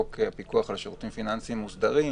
חוק הפיקוח על שירותים פיננסיים מוסדרים